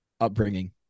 upbringing